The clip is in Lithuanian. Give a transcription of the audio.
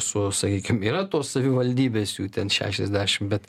su sakykim yra tos savivaldybės jų ten šešiasdešim bet